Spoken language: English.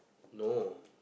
no